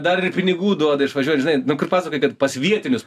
dar ir pinigų duoda išvažiuot žinai nu kur pasakoja kad pas vietinius